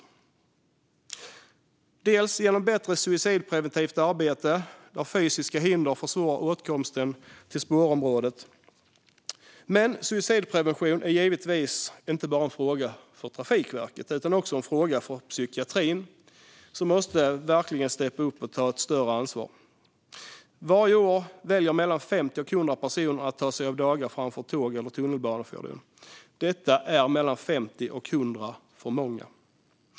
Det kan delvis ske genom bättre suicidpreventivt arbete, där fysiska hinder försvårar åtkomsten till spårområdet. Men suicidprevention är givetvis inte bara en fråga för Trafikverket utan också en fråga för psykiatrin, som verkligen måste steppa upp och ta ett större ansvar. Varje år väljer mellan 50 och 100 personer att ta sig av daga framför tåg eller tunnelbanefordon. Det är mellan 50 och 100 för många.